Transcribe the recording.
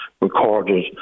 recorded